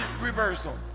reversal